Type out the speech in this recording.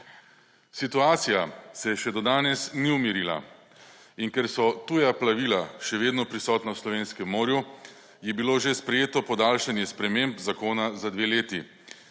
Situacija se še do danes ni umirila. In ker so tuja plovila še vedno prisotna v slovenskem morju, je bilo že sprejeto podaljšanje sprememb zakona za dve leti,